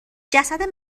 جسد